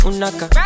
Unaka